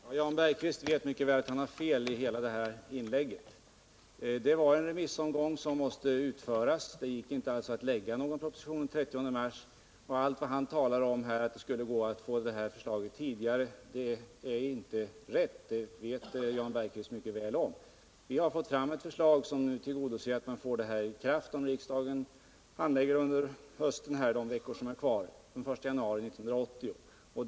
Fru talman! Jan Bergqvist vet mycket väl att han har fel i hela detta inlägg. Det var en remissomgång som måste utföras, och det gick alltså inte att lägga fram någon proposition den 30 mars. Allt vad han säger här om att det skulle gå att få förslaget tidigare är felaktigt. Vi har fått fram ett förslag som tillgodoser kravet på att detta skall sättas i kraft, och om riksdagen handlägger förslaget under de veckor som är kvar av hösten kan detta ske den 1 januari 1980.